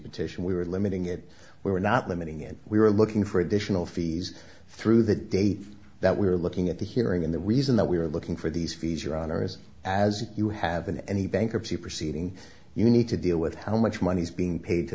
petition we were limiting it we were not limiting it we were looking for additional fees through the day that we were looking at the hearing and the reason that we were looking for these fees your honor is as you have in any bankruptcy proceeding you need to deal with how much money is being paid to